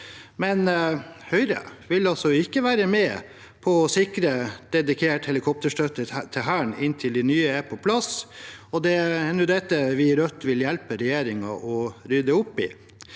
men Høyre ville altså ikke være med på å sikre dedikert helikopterstøtte til Hæren inntil de nye er på plass. Det er dette vi i Rødt nå vil hjelpe regjeringen å rydde opp i.